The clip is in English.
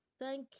Thank